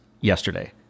yesterday